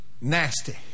nasty